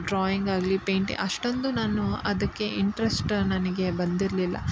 ಡ್ರಾಯಿಂಗಾಗಲಿ paint ಅಷ್ಟೊಂದು ನಾನು ಅದಕ್ಕೆ ಇಂಟ್ರೆಸ್ಟ ನನಗೆ ಬಂದಿರಲಿಲ್ಲ